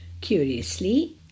curiously